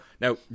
now